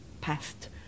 passed